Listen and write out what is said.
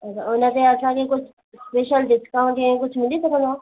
उनते असांखे कुझु स्पेशल डिस्काउंट ईअं कुझु मिली सघंदो आहे